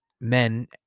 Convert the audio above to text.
men